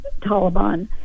taliban